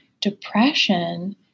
Depression